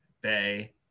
Bay